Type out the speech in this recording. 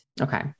Okay